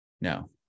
No